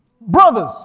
Brothers